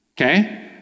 Okay